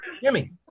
Jimmy